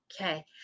Okay